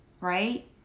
right